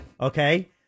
Okay